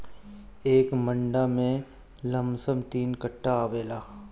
एक मंडा में लमसम तीन कट्ठा आवेला